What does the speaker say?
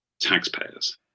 taxpayers